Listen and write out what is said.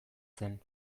zen